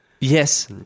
Yes